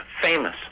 famous